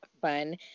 fun